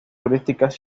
turísticas